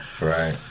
Right